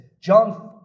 John